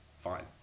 Fine